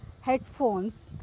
headphones